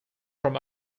from